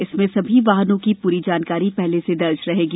इसमें सभी वाहनों की पूरी जानकारी पहले से दर्ज रहेगी